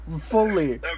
Fully